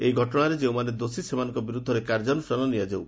ଉକ୍ତ ଘଟଣାରେ ଯେଉଁମାନେ ଦୋଷୀ ସେମାନଙ୍କ ବିରୁଦ୍ଧରେ କାର୍ଯ୍ୟାନୁଷ୍ଠାନ ନିଆଯାଉ